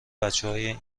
بچههای